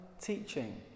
teaching